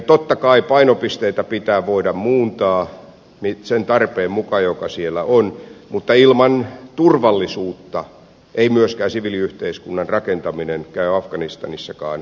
totta kai painopisteitä pitää voida muuntaa sen tarpeen mukaan joka siellä on mutta ilman turvallisuutta ei myöskään siviiliyhteiskunnan rakentaminen käy afganistanissakaan mahdolliseksi